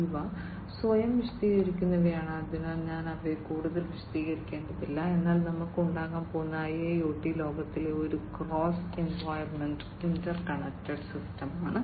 ഇവ സ്വയം വിശദീകരിക്കുന്നവയാണ് അതിനാൽ ഞാൻ അവയെ കൂടുതൽ വിശദീകരിക്കേണ്ടതില്ല എന്നാൽ നമുക്ക് ഉണ്ടാകാൻ പോകുന്നത് IIoT ലോകത്തിലെ ഒരു ക്രോസ് എൻവയോൺമെന്റ് ഇന്റർകണക്ടഡ് സിസ്റ്റമാണ്